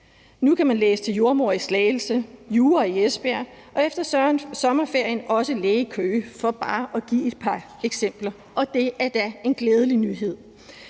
Nu kan man læse til jordemoder i Slagelse, læse jura i Esbjerg, og efter sommerferien kan man også læse til læge i Køge, for bare at give et par eksempler, og det er da en glædelig nyhed.